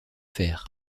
fer